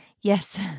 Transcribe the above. Yes